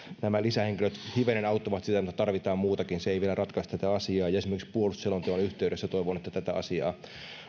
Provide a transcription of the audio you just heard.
nämä lisähenkilöt hivenen auttavat sitä mutta tarvitaan muutakin se ei vielä ratkaise tätä asiaa ja esimerkiksi puolustusselonteon yhteydessä toivon että tätä asiaa